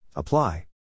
Apply